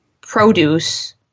produce